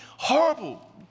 horrible